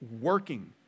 working